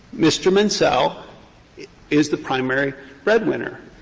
mr. mansell is the primary breadwinner.